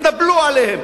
התנפלו עליהם.